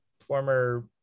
former